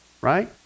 right